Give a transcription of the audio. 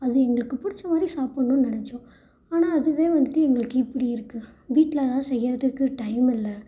அது எங்களுக்கு பிடிச்ச மாதிரி சாப்பிட்ணுன்னு நினைச்சோம் ஆனால் அதுவே வந்துவிட்டு எங்களுக்கு இப்படி இருக்குது வீட்டிலலாம் செய்கிறத்துக்கு டைம் இல்லை